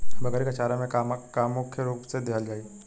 बकरी क चारा में का का मुख्य रूप से देहल जाई?